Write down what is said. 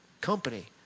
company